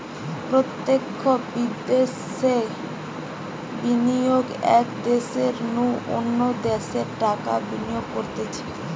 প্রত্যক্ষ বিদ্যাশে বিনিয়োগ এক দ্যাশের নু অন্য দ্যাশে টাকা বিনিয়োগ করতিছে